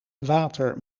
water